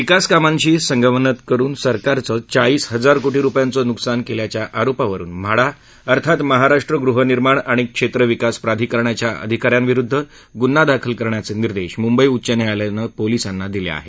विकासकाशी संगनमत करुन सरकारचं चाळीस हजार कोटी रुपयांचं नुकसान केल्याच्या आरोपावरुन म्हाडा अर्थात महाराष्ट्र गृहनिर्माण आणि क्षेत्रविकास प्राधिकरणाच्या अधिका यांविरुद्ध गुन्हा दाखल करण्याचे निर्देश मुंबई उच्च न्यायालयानं पोलिसांना दिले आहेत